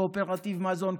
קואופרטיב מזון.